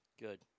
Good